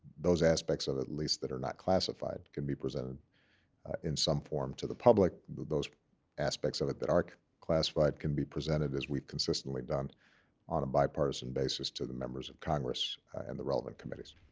those aspects of at least that are not classified can be presented in some form to the public. those aspects of it that are classified can be presented as we've consistently done on a bipartisan basis to the members of congress and the relevant committees.